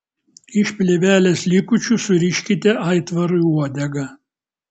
iš plėvelės likučių suriškite aitvarui uodegą